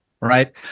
right